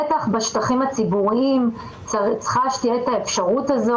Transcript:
בטח בשטחים הציבוריים צריך שתהיה האפשרות הזאת.